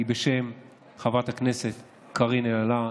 היא בשם חברת הכנסת קארין אלהרר,